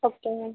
ஓகேங்க மேம்